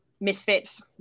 misfits